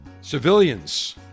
civilians